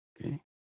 Okay